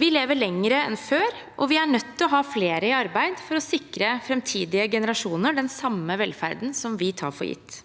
Vi lever lenger enn før, og vi er nødt til å ha flere i arbeid for å sikre framtidige generasjoner den samme velferden som vi tar for gitt.